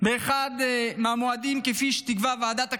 באחד המועדים, כפי שתקבע ועדת הכנסת,